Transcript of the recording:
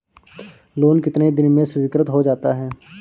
Loan कितने दिन में स्वीकृत हो जाता है?